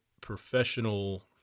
professional